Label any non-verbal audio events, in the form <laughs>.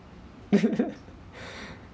<laughs>